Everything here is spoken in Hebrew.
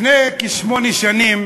לפני כשמונה שנים